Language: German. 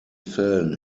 fällen